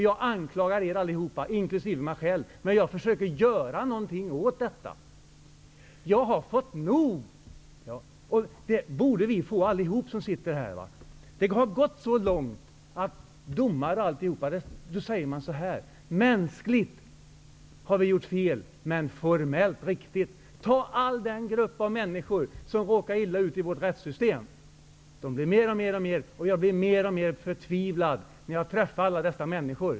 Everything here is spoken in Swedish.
Jag anklagar er alla, inkl. mig själv. Men jag försöker göra något åt detta. Jag har fått nog, och det borde vi alla få som sitter här. Det har gått långt. Vi kan ta domare som exempel. Man säger att mänskligt har vi gjort fel, men formellt riktigt. Ta hela den grupp av människor som råkar illa ut i vårt rättssystem. De blir fler och fler. Jag blir mer och mer förtvivlad när jag träffar alla dessa människor.